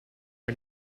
are